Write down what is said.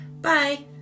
Bye